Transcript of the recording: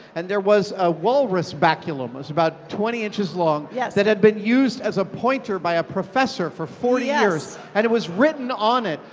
and there was a walrus baculum. it was about twenty inches long yeah that had been used as a pointer by a professor for forty years. and it was written on it.